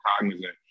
cognizant